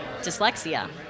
dyslexia